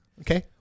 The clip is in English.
okay